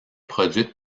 produite